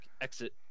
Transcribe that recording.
exit